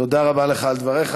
תודה רבה לך על דבריך.